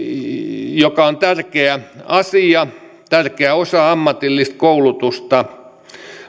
on tärkeä asia tärkeä osa ammatillista koulutusta